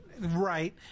Right